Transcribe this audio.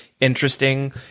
interesting